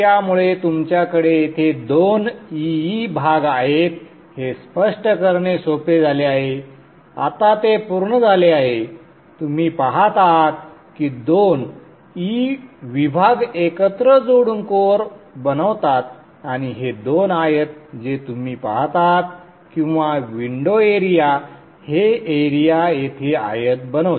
त्यामुळे तुमच्याकडे येथे दोन E E भाग आहेत हे स्पष्ट करणे सोपे झाले आहे आता ते पूर्ण झाले आहे तुम्ही पाहत आहात की दोन E विभाग एकत्र जोडून कोअर बनवतात आणि हे दोन आयत जे तुम्ही पाहत आहात किंवा विंडो एरिया हे एरिया येथे आयत बनवते